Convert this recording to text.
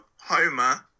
Homer